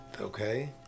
okay